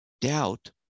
doubt